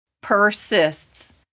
persists